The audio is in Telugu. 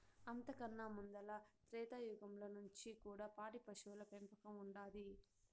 అంతకన్నా ముందల త్రేతాయుగంల నుంచి కూడా పాడి పశువుల పెంపకం ఉండాది